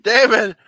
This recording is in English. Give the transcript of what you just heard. David